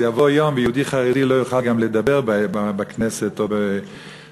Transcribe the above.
שיבוא יום ויהודי חרדי לא יוכל לדבר בכנסת או בציבור,